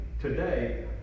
today